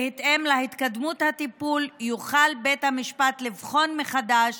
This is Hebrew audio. בהתאם להתקדמות הטיפול יוכל בית המשפט לבחון מחדש